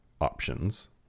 options